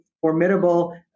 formidable